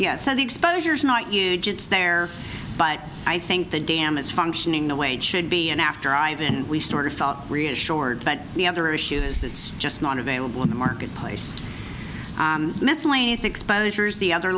yet so the exposure is not huge it's there but i think the dam is functioning the way it should be and after ivan we sort of felt reassured but the other issue is it's just not available in the marketplace miscellaneous exposures the other